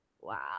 Wow